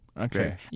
Okay